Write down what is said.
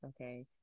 Okay